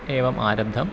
एवम् आरब्धम्